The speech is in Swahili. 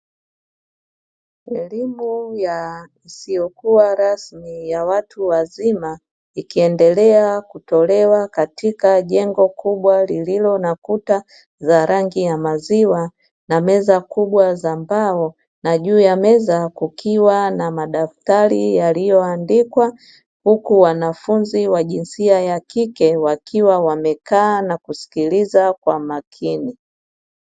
Elimu ya isiyokuwa rasmi ya watu wazima ikiendelea kutolewa katika jengo kubwa lililo na kuta za rangi ya maziwa na meza kubwa za mbao, na juu ya meza kukiwa na madaftari yaliyoandikwa huku wanafunzi wa jinsia ya kike wakiwa wamekaa na kusikiliza kwa makini.